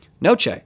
Noche